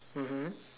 mmhmm